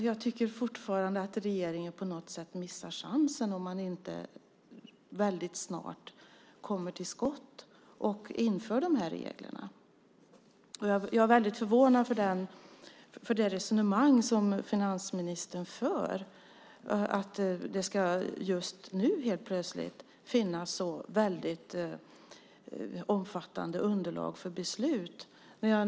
Jag tycker fortfarande att regeringen på något sätt missar chansen om man inte väldigt snart kommer till skott och inför de här reglerna. Jag är väldigt förvånad över det resonemang som finansministern för. Nu ska det helt plötsligt finnas väldigt omfattande underlag för beslut.